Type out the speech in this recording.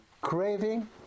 craving